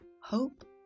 Hope